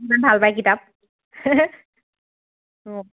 ইমান ভাল পায় কিতাপ অঁ